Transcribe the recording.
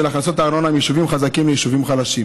הכנסות הארנונה מיישובים חזקים ליישובים חלשים,